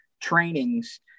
trainings